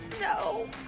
No